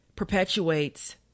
perpetuates